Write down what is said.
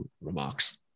remarks